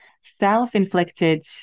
Self-inflicted